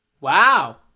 Wow